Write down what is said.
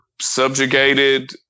subjugated